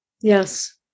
Yes